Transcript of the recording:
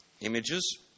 images